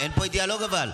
בואו נשמע מה עשיתי לה.